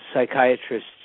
psychiatrists